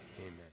Amen